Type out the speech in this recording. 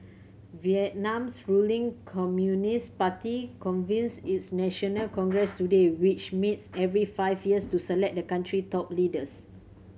Vietnam's ruling Communist Party convenes its national congress today which meets every five years to select the country's top leaders